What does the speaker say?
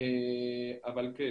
אבל כן,